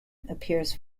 appears